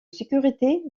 sécurité